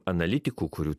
analitikų kurių